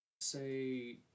say